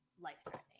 life-threatening